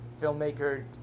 filmmaker